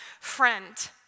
friend